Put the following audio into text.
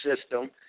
system